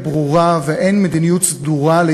האנטי-ישראלית,